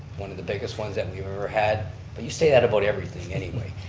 one of the biggest ones that you've ever had, but you say that about everything anyway.